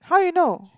how you know